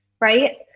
Right